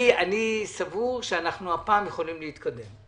אני סבור שאנו הפעם יכולים להתקדם.